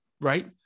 right